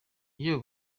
iyo